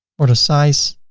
or the size,